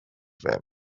them